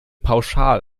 pauschal